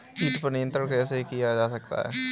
कीट पर नियंत्रण कैसे किया जा सकता है?